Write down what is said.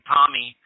Tommy